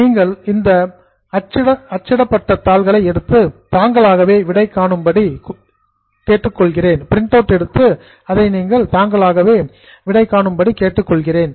நீங்கள் இதை print out அச்சிட்ட தாள்களாக எடுத்து தாங்களாகவே விடை காணும் படி கேட்டுக்கொள்கிறேன்